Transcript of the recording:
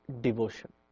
devotion